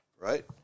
Right